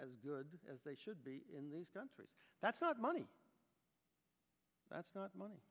as good as they should be in this country that's not money that's not